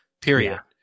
Period